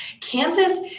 Kansas